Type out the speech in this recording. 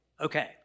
Okay